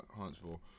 Huntsville